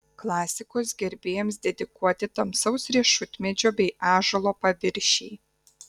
klasikos gerbėjams dedikuoti tamsaus riešutmedžio bei ąžuolo paviršiai